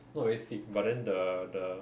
not very thick but then the the